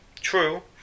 True